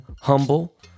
Humble